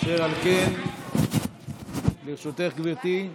אשר על כן, משיבה גברתי.